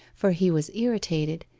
for he was irritated,